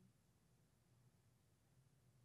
01:34.)